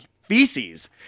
feces